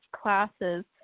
classes